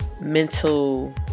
mental